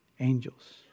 Angels